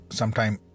sometime